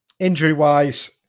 Injury-wise